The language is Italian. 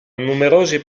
numerosi